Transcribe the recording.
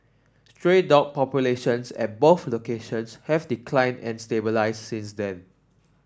stray dog populations at both locations have declined and stabilised since then